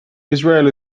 israel